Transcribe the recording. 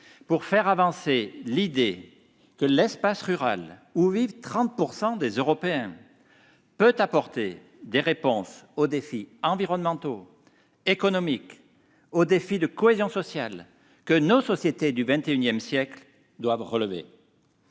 ruralités et l'idée que l'espace rural, où vivent 30 % des Européens, peut apporter des réponses aux défis environnementaux et économiques, ainsi qu'au défi de cohésion sociale, que nos sociétés du XXI siècle doivent relever